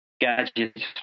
gadgets